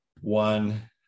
one